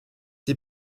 die